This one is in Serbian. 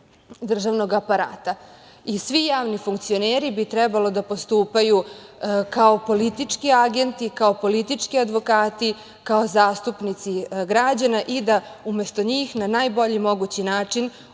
državnog aparata. Svi javni funkcioneri bi trebalo da postupaju kao politički agenti, kao politički advokati, kao zastupnici građana i da umesto njih na najbolji mogući način